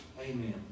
Amen